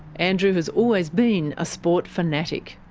andrew has always been a sport fanatic.